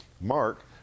Mark